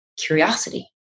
curiosity